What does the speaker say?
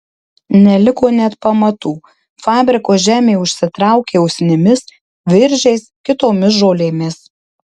neliko net pamatų fabriko žemė užsitraukė usnimis viržiais kitomis žolėmis